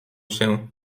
się